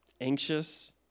anxious